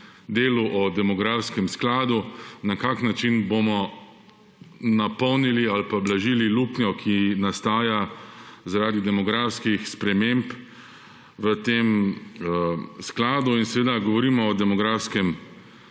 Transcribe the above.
delu, o demografskem skladu, na kakšen način bomo napolnili ali pa blažili luknjo, ki nastaja zaradi demografskih sprememb v tem skladu. Del te rešitve je seveda tudi demografski